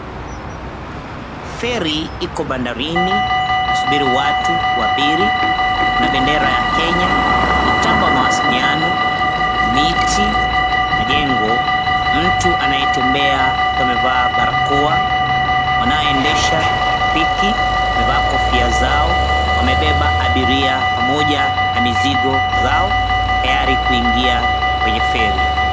Feri iko bandarini, inasubiri watu waabiri. Kuna bendera ya Kenya, mitambo ya mawasiliano, miti, majengo, mtu anayetembea akiwa amevaa barakoa, wanaoendesha pikipiki wamevaa kofia zao, wamebeba abiria pamoja na mizigo zao tayari kuingia kwenye feri.